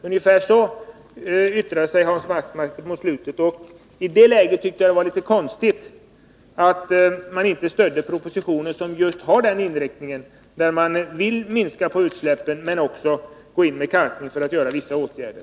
Ungefär så uttryckte sig Hans Wachtmeister i slutet av sitt anförande, och i det läget tyckte jag att det var litet konstigt att han inte stödde propositionen, som just har inriktningen att Nr 152 man skall minska på utsläppen men också sätta in kalkningsåtgärder. Tisdagen den